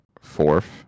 fourth